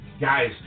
guys